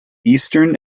eastern